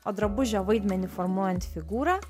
o drabužio vaidmenį formuojant figūrą